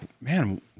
man